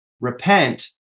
repent